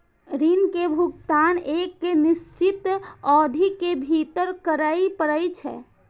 ऋण के भुगतान एक निश्चित अवधि के भीतर करय पड़ै छै